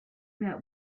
that